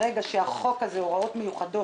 ברגע שהחוק של הוראות מיוחדות,